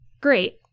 great